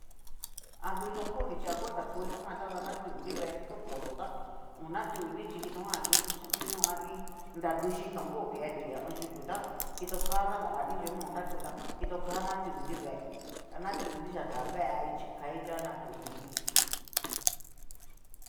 Aduton koni chí afuerza ko kitojan táda natunri vee chí to koton ta oñatunri chi kitojan, ngu kitoxhiniño a iin nrachu yitón ngokennri ha a an. yuku tá, kito ka kadanri yuno nrakúta kitoka natunri vee, natunri yatavee a ichi kai nunguan natu minri.